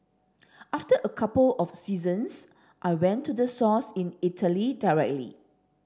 after a couple of seasons I went to the source in Italy directly